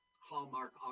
Hallmark